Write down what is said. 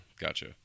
gotcha